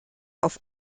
auf